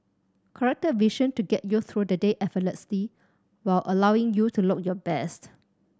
corrected vision to get you through the day effortlessly while allowing you to look your best